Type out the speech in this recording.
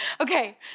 Okay